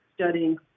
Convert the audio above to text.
studying